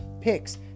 picks